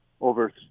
Over